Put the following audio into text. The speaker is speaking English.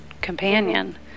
companion